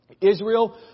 Israel